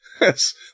Yes